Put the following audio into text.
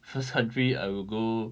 first country I will go